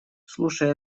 слушай